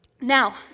Now